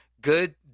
good